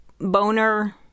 boner